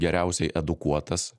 geriausiai edukuotas